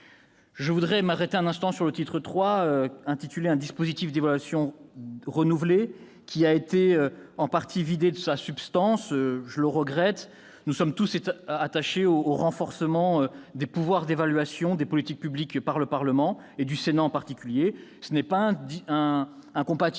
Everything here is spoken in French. Je souhaiterais m'arrêter un instant sur le titre III, intitulé « Un dispositif d'évaluation renouvelé », qui a été en partie vidé de sa substance ; je le regrette. Nous sommes tous attachés au renforcement des pouvoirs d'évaluation des politiques publiques par le Parlement, en particulier par le Sénat. Ce n'est certes pas incompatible